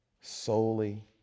solely